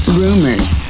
rumors